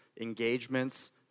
engagements